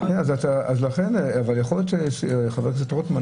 אבל חבר הכנסת רוטמן,